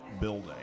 building